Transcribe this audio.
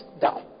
down